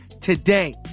today